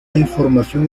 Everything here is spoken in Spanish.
información